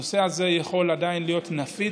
הנושא הזה יכול עדיין להיות נפיץ.